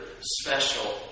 special